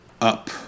Up